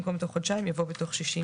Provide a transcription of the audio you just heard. במקום "תוך חודשיים" יבוא "בתוך שישים